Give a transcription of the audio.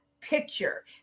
picture